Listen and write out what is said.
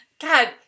God